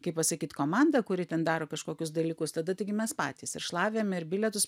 kaip pasakyt komanda kuri ten daro kažkokius dalykus tada taigi mes patys ir šlavėm ir bilietus